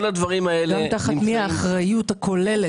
גם תחת מי האחריות הכוללת.